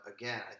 again